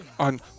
On